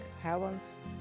heavens